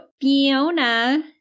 Fiona